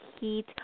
heat